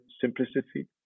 simplicity